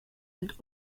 mit